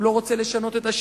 הוא לא רוצה לשנות את השיטה,